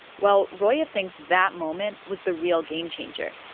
well, roya thinks that moment was the real game-changer.